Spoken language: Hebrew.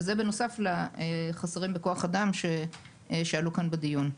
וזה בנוסף לחסרים בכוח אדם שעלו כאן בדיון.